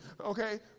okay